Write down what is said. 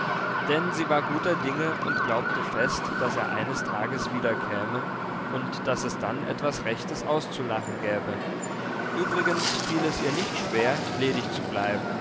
denn sie war guter dinge und glaubte fest daß er eines tages wiederkäme und daß es dann etwas rechtes auszulachen gäbe übrigens fiel es ihr nicht schwer ledig zu bleiben